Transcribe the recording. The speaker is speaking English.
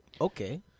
Okay